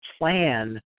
plan